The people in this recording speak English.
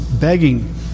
begging